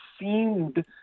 seemed